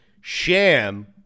Sham